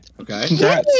Okay